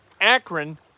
Akron